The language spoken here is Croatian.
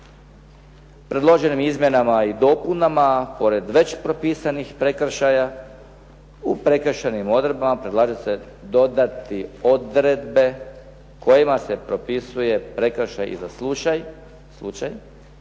Predloženim izmjenama i dopunama pored već propisanih prekršaja u prekršajnim odredbama predlaže se dodati odredbe kojima se propisuje prekršaj i za slučaj